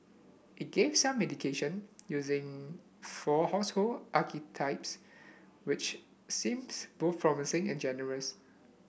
it gave some indication using four household archetypes which seems both promising and generous